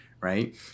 Right